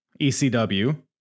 ECW